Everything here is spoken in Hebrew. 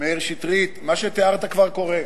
מאיר שטרית, מה שתיארת כבר קורה.